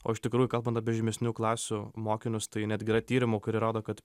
o iš tikrųjų kalbant apie žemesnių klasių mokinius tai netgi yra tyrimų kurie rodo kad